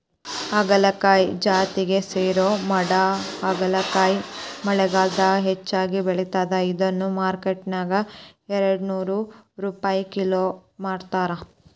ಹಾಗಲಕಾಯಿ ಜಾತಿಗೆ ಸೇರೋ ಮಾಡಹಾಗಲಕಾಯಿ ಮಳೆಗಾಲದಾಗ ಹೆಚ್ಚಾಗಿ ಬೆಳಿತದ, ಇದನ್ನ ಮಾರ್ಕೆಟ್ನ್ಯಾಗ ಎರಡನೂರ್ ರುಪೈ ಕಿಲೋ ಮಾರ್ತಾರ